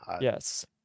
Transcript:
Yes